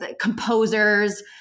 composers